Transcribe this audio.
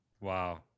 Wow